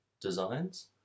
designs